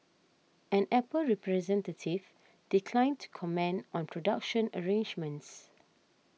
an Apple representative declined to comment on production arrangements